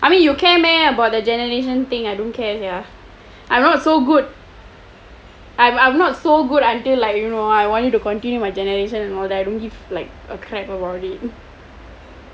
I mean you care meh about the generation thing I don't care sia I'm I'm not so good until like you know I want you to continue my generation and all that you know I don't give a crap about it